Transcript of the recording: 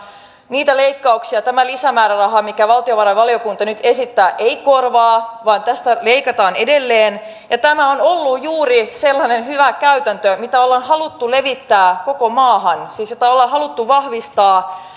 niitä leikkauksia tämä lisämääräraha mitä valtiovarainvaliokunta nyt esittää ei korvaa vaan tästä leikataan edelleen tämä on ollut juuri sellainen hyvä käytäntö jota ollaan haluttu levittää koko maahan siis jota ollaan haluttu vahvistaa